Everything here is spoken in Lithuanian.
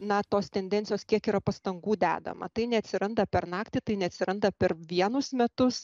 na tos tendencijos kiek yra pastangų dedama tai neatsiranda per naktį tai neatsiranda per vienus metus